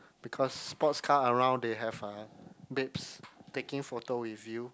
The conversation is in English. because sports car around they have uh babes taking photo with you